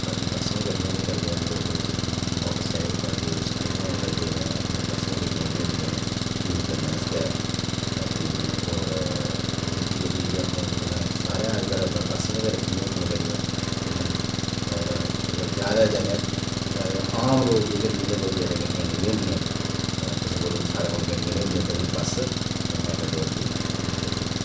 बाकी पर्सनल गड्डियां बी करदे न लोक मोटरसाईकिल करदे स्कूटियां करदे न अपनियां पर्सनल गड्डियां बी होंदियां न यूज करने आस्तै बाकी होर निक्की गड्डी बी अपनी सारें अजज्कल पर्सनल गै रक्खी दियां होंदियां गड्डियां इन्ना होर अगर ज्यादा ज्यादा ज्यादा आम लोक जेह्के न जिंदे कोल बचैरे गड्डियां नेईं होंदियां न कुसै कोल सारें कोल गड्डियां नेईं होंदियां न ते फ्ही बस ते मैटाडोर गी यूज करदे न